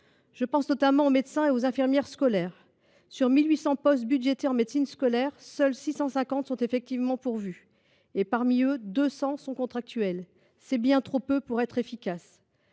Je pense notamment aux médecins et aux infirmières scolaires. Sur 1 800 postes budgétés en médecine scolaire, seuls 650 sont effectivement pourvus. Et 200 d’entre eux le sont par des contractuels. C’est bien trop peu pour être efficace